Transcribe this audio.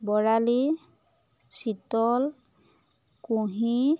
বৰালি চিতল কুঁহি